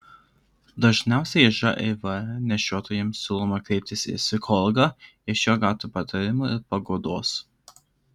dažniausiai živ nešiotojams siūloma kreiptis į psichologą iš jo gauti patarimų ir paguodos